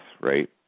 right